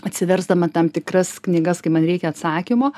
atsiversdama tam tikras knygas kai man reikia atsakymo